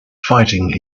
fighting